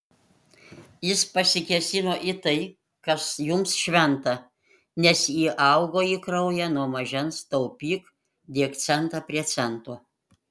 jis pasikėsino į tai kas jums šventa nes įaugo į kraują nuo mažens taupyk dėk centą prie cento